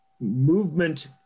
movement